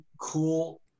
cool